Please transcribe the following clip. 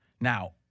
Now